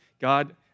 God